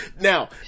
now